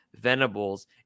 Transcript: Venables